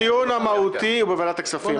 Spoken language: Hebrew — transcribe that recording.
הדיון המהותי הוא בוועדת הכספים.